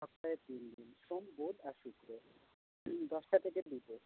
সপ্তাহে তিন দিন সোম বুধ আর শুক্র দশটা থেকে দুটো